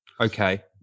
Okay